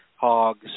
hogs